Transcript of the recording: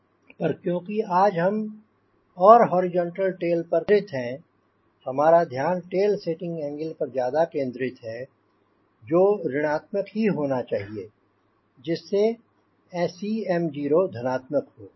पर क्योंकि आज हम और हॉरिजॉन्टल टेल पर केंद्रित हैं हमारा ध्यान टेल सेटिंग एंगल पर ज्यादा केंद्रित है जो ऋणआत्मक ही होना चाहिए जिससे 𝐶mo धनात्मक हो